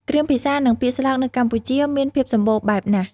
គ្រាមភាសានិងពាក្យស្លោកនៅកម្ពុជាមានភាពសម្បូរបែបណាស់។